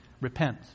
Repent